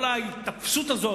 כל ההיתפסות הזאת,